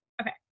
okay